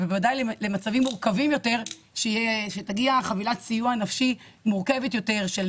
ובוודאי למצבים מורכבים יותר שתגיע חבילת סיוע נפשי מורכבת יותר של